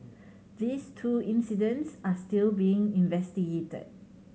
these two incidents are still being investigated